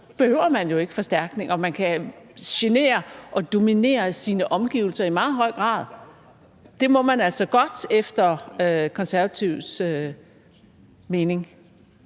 behøver man jo ikke forstærkning, og man kan genere og dominere sine omgivelser i meget høj grad. Det må man altså godt efter Konservatives mening.